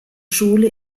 schule